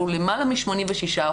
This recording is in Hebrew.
הוא למעלה מ-86%.